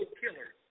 killer